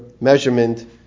measurement